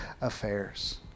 affairs